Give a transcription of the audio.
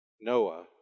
Noah